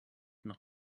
noch